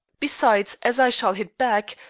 besides, as i shall hit back,